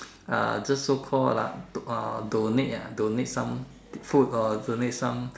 uh just so called what ah uh donate ah donate some food uh donate some